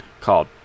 called